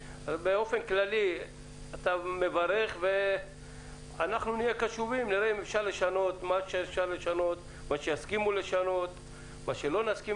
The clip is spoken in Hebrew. אותן מגבלות ואותה הקצאת משאבים כמו כשנגיע